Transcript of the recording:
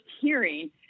hearing